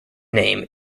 name